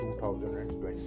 2020